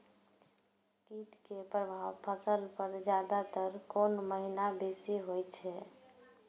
कीट के प्रभाव फसल पर ज्यादा तर कोन महीना बेसी होई छै?